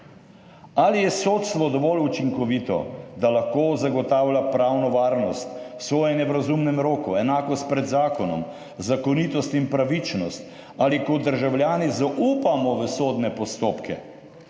Ali je sodstvo dovolj učinkovito, da lahko zagotavlja pravno varnost, sojenje v razumnem roku, enakost pred zakonom, zakonitost in pravičnost? Ali kot državljani zaupamo v sodne postopke?